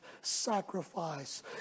sacrifice